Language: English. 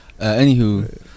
Anywho